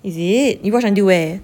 is it you watch until where